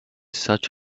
such